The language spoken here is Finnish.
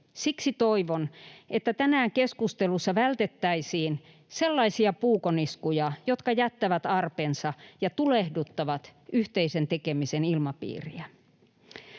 Siksi toivon, että tänään keskustelussa vältettäisiin sellaisia puukoniskuja, jotka jättävät arpensa ja tulehduttavat yhteisen tekemisen ilmapiiriä.